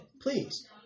please